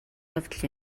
явдал